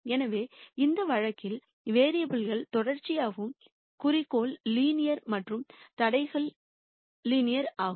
எனவே இந்த வழக்கில் வேரியபுல் கள் தொடர்ச்சியாகவும் குறிக்கோள் லீனியர் மற்றும் தடைகளும் லீனியர் ஆகும்